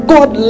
God